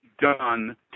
done